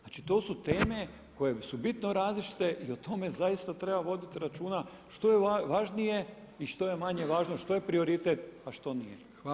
Znači to su teme koje su bitno različite i o tome zaista treba voditi računa što je važnije i što je manje važno, što je prioritet a što nije.